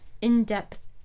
in-depth